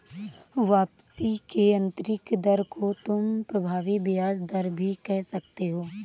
वापसी की आंतरिक दर को तुम प्रभावी ब्याज दर भी कह सकते हो